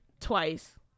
twice